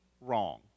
wrong